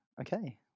okay